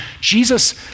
Jesus